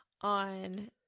on